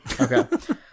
Okay